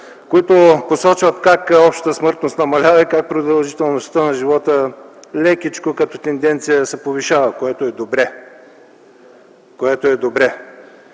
които посочват как общата смъртност намалява и как продължителността на живота като тенденция лекичко се повишава, което е добре.